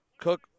Cook